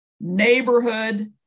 neighborhood